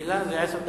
רגילה, עד עשר דקות.